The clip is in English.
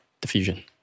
diffusion